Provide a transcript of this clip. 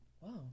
Wow